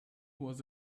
was